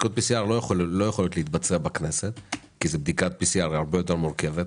הן לא יכולות להתבצע בכנסת כי היא הרבה יותר מורכבת.